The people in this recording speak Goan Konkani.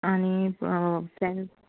आनी